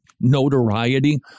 notoriety